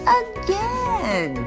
again